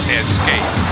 escape